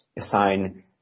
assign